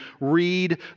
read